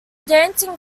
dancing